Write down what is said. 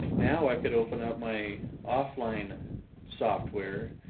now i could open up my offline software.